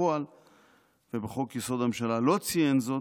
חלה על מאסר בפועל ובחוק-יסוד: הממשלה לא ציין זאת,